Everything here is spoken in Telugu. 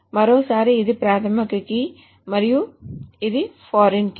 మరోసారి ఇది ప్రాధమిక కీ మరియు ఇది ఫారిన్ కీ